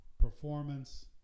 performance